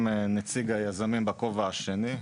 גם נציג היזמים בכובע השני.